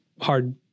hard